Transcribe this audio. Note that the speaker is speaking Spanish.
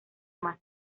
más